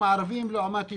אנחנו מתנדבים לפשרה הזאת.